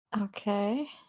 Okay